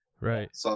right